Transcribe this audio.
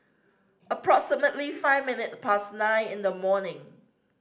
approximately five minute past nine in the morning